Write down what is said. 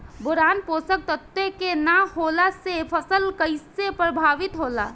Boron पोषक तत्व के न होला से फसल कइसे प्रभावित होला?